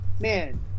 man